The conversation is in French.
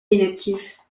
inactif